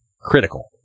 critical